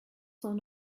son